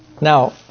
now